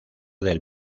del